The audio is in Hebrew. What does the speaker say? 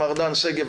מר דן שגב,